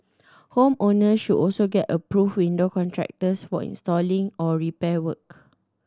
home owners should also get approved window contractors for installation or repair work